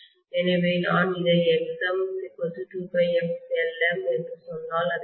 எனவே நான் இதை Xm2πfLm என்று சொன்னால்